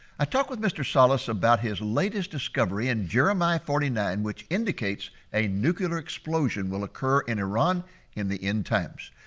i talked with mr. salus about his latest discovery in jeremiah forty nine which indicates a nuclear explosion will occur in iran in the end times.